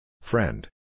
Friend